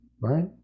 right